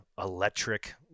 electric